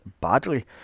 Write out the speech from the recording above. badly